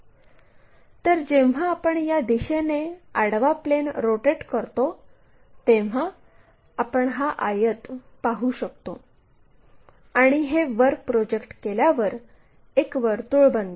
तर जेव्हा आपण या दिशेने आडवा प्लेन रोटेट करतो तेव्हा आपण हा आयत पाहू शकतो आणि हे वर प्रोजेक्ट केल्यावर एक वर्तुळ बनते